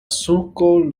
sulko